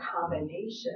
combination